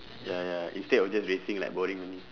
ya ya instead of just racing like boring only